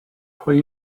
pwy